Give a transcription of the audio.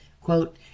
quote